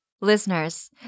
Listeners